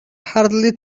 hardly